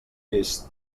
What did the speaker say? vist